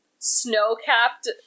snow-capped